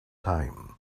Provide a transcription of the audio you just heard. time